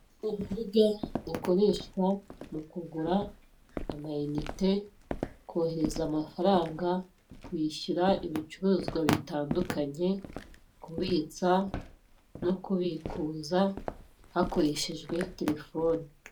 Urubuga rukoreshwa mu kugura amayinite, kohereza amafaranga, kwishyura ibicuruzwa bitandukanye, kubitsa no kubikuza hakoreshejwe telefoni.